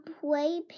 play